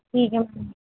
ٹھیک ہے